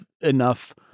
enough